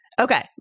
Okay